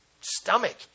stomach